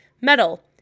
Metal